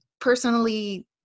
personally